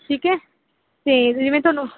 ਠੀਕ ਹੈ ਅਤੇ ਜਿਵੇਂ ਤੁਹਾਨੂੰ